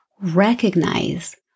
Recognize